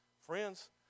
Friends